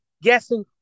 Guessing